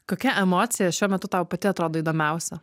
kokia emocija šiuo metu tau pati atrodo įdomiausia